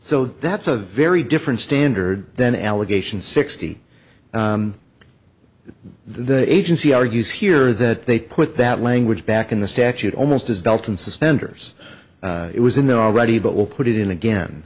so that's a very different standard than allegation sixty the agency argues here that they put that language back in the statute almost as a belt and suspenders it was in there already but will put it in